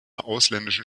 ausländischen